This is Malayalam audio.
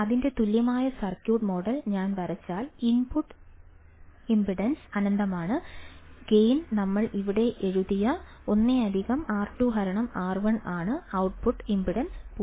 അതിനാൽ അതിന്റെ തുല്യമായ സർക്യൂട്ട് മോഡൽ ഞാൻ വരച്ചാൽ ഇൻപുട്ട് ഇംപെഡൻസ് അനന്തമാണ് ഗെയിൻ നമ്മൾ ഇവിടെ എഴുതിയ 1 R2R1 ആണ് ഔട്ട്പുട്ട് ഇംപെഡൻസ് 0 ആണ്